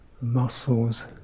Muscles